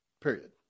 Period